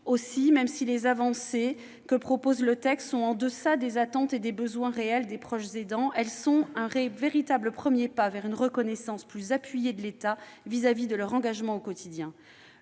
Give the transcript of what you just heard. Aussi, même si les avancées contenues dans ce texte sont en deçà des attentes et des besoins réels des proches aidants, elles constituent un véritable premier pas vers une reconnaissance plus appuyée de l'État vis-à-vis de leur engagement au quotidien.